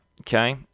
okay